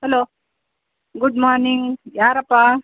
hello good morning ಯಾರಪ್ಪಾ